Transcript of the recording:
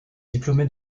diplômé